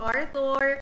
Arthur